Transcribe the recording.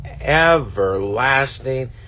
everlasting